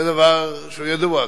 זה דבר שהוא ידוע.